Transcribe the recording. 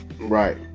Right